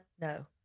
no